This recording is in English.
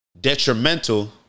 detrimental